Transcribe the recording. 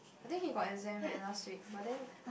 I think he got exam leh last week but then